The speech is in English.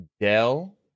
Dell